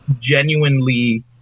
genuinely